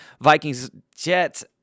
Vikings-Jets